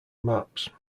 maps